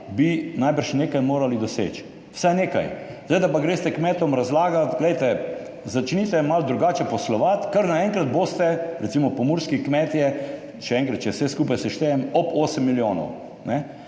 bi najbrž morali nekaj doseči, vsaj nekaj. Da pa kmetom razlagate, glejte, začnite malo drugače poslovati, kar naenkrat boste recimo pomurski kmetje, še enkrat, če vse skupaj seštejem, ob 8 milijonov.